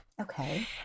Okay